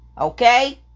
Okay